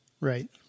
Right